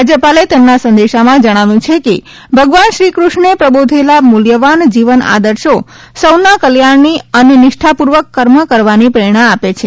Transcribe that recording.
રાજ્યપાલે તેમના સંદેશામાં જણાવ્યું છે કે ભગવાન શ્રી કૃષ્ણે પ્રબોધેલા મૂલ્યવાન જીવન આદર્શો સૌના કલ્યાણની અને નિષ્ઠા પૂર્વક કર્મ કરવાની પ્રેરણા આપે છે